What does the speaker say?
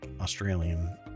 Australian